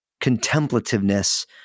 contemplativeness